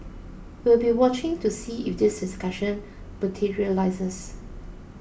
we'll be watching to see if this discussion materialises